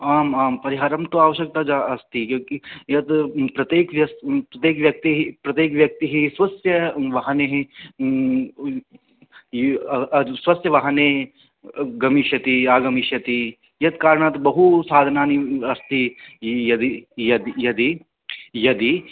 आम् आं परिहारं तु आवश्यकता जा अस्ति क्यूकि यद् प्रत्येकं प्रत्येकव्यक्तिः प्रत्येकव्यक्तिः स्वस्य वाहने स्वस्य वाहने गमिष्यति आगमिष्यति यत् कारणात् बहु साधनानि अस्ति यदि यदि यदि